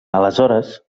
aleshores